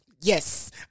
yes